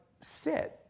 sit